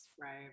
right